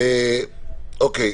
אוקיי.